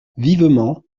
vivement